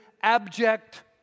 abject